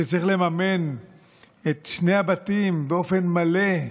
שצריך לממן את שני הבתים באופן מלא?